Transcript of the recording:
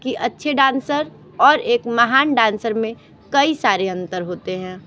कि अच्छे डांसर और एक महान डांसर में कई सारे अंतर होते हैं